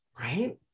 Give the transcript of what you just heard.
right